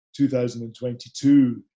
2022